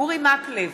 אורי מקלב,